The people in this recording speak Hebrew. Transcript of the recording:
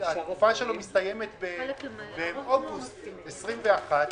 התקופה שלו מסתיימת באוגוסט 2021,